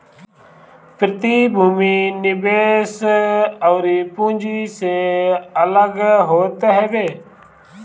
प्रतिभूति निवेश अउरी पूँजी से अलग होत हवे